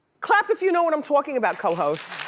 clap if you know what i'm talkin' about, co-host.